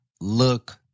look